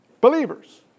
Believers